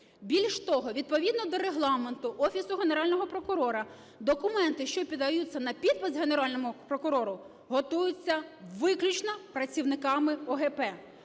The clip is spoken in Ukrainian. Більш того, відповідно до Регламенту Офісу Генерального прокурора документи, що подаються на підпис Генеральному прокурору, готуються виключно працівниками ОГП.